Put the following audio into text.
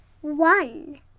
one